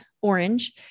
orange